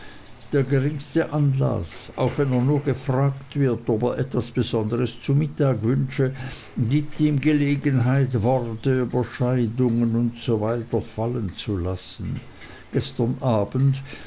der geringste anlaß auch wenn er nur gefragt wird ob er etwas besonderes zu mittag wünsche gibt ihm gelegenheit worte über scheidungen usw fallen zu lassen gestern abends